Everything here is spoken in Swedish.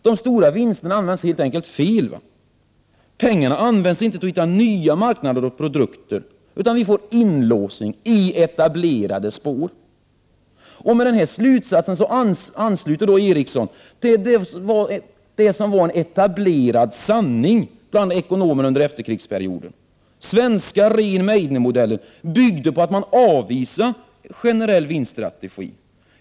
De stora vinsterna används helt enkelt fel. Pengarna används inte för att hitta nya marknader och produkter. Vi får inlåsning i etablerade spår. Med den slutsatsen anknyter Erixsson till vad som var en tämligen etablerad sanning bland ekonomerna under efterkrigsperioden. Den svenska Rehn-Meidnermodellen byggde på att man avvisade generell vinststrategi.